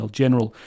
general